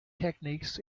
techniques